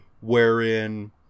wherein